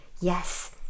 yes